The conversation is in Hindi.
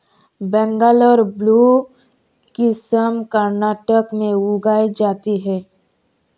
बंगलौर ब्लू किस्म कर्नाटक में उगाई जाती है